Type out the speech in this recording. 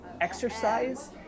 exercise